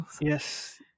yes